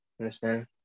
Understand